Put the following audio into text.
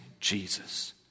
Jesus